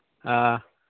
ꯑꯥ